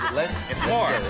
les? it's more.